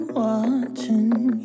watching